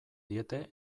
diete